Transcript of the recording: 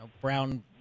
brown